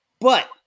But-